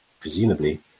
presumably